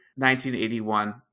1981